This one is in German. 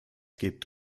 gibt